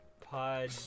pod